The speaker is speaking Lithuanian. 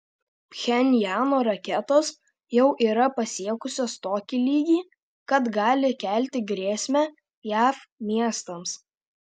pchenjano raketos jau yra pasiekusios tokį lygį kad gali kelti grėsmę jav miestams